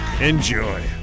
enjoy